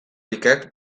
likek